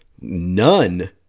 none